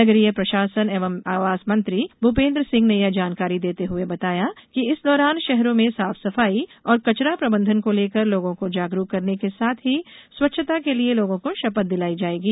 नगरीय प्रशासन एवं आवास मंत्री भूपेन्द्र सिंह ने यह जानकारी देते हए बताया कि इस दौरान शहरों में साफ सफाई और कचरा प्रबंधन को लेकर लोगों को जागरूक करने के साथ ही स्वच्छता के लिये लोगों को शपथ भी दिलाई जाएगी